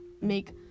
make